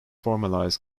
formalize